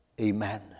amen